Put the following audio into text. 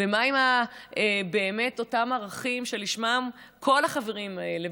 ומה באמת עם אותם ערכים שלשמם כל החברים האלה,